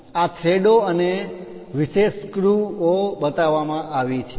આ થ્રેડો અને વિશેષ સ્ક્રુ જગ્યા ઓ બતાવવામાં આવી છે